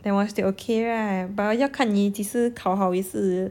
that one still okay right but 要看你几时考好也是